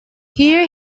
here